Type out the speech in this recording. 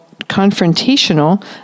confrontational